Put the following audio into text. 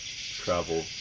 travel